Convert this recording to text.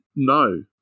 No